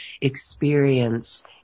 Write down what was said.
experience